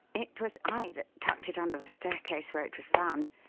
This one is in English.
it was i that tucked it under the staircase where it was found,